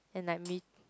and like maybe